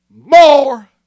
More